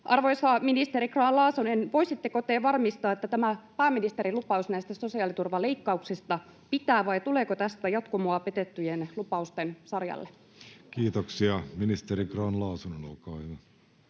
Arvoisa ministeri Grahn-Laasonen, voisitteko te varmistaa, että tämä pääministerin lupaus näistä sosiaaliturvaleikkauksista pitää, vai tuleeko tästä jatkumoa petettyjen lupausten sarjalle? Kiitoksia. — Ministeri Grahn-Laasonen, olkaa hyvä.